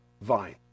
vine